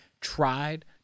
tried